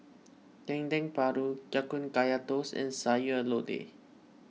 Dendeng Paru Ya Kun Kaya Toast and Sayur Lodeh